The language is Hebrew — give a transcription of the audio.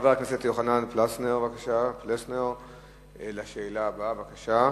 חבר הכנסת יוחנן פלסנר, לשאלה הבאה, בבקשה.